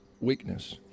weakness